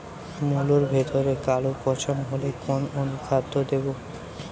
মুলোর ভেতরে কালো পচন হলে কোন অনুখাদ্য দেবো?